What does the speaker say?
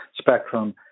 spectrum